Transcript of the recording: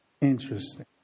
Interesting